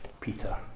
peter